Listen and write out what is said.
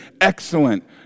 excellent